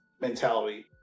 mentality